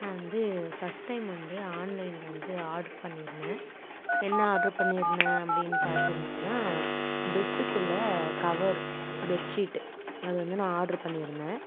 நான் வந்து first time வந்து ஆன்லைனில் வந்து ஆர்ட்ரு பண்ணியிருந்தேன் என்ன ஆர்டர் பண்ணியிருந்தேன் அப்படின்னு பார்த்துருந்திங்கன்னா பெட்டுக்குள்ளே கவர் பெட் ஷீட்டு அது வந்து நான் ஆர்ட்ரு பண்ணியிருந்தேன்